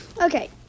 Okay